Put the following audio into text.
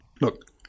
look